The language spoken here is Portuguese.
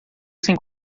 sem